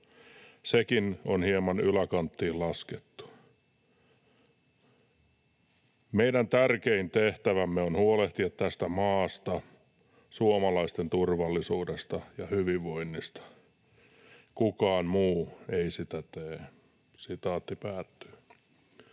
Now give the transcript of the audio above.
Sekin on hieman yläkanttiin laskettu. Meidän tärkein tehtävämme on huolehtia tästä maasta, suomalaisten turvallisuudesta ja hyvinvoinnista. Kukaan muu ei sitä tee.” Arvoisa